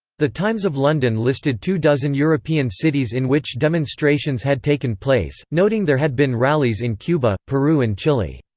the times of london listed two dozen european cities in which demonstrations had taken place, noting there had been rallies in cuba, peru and chile.